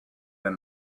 been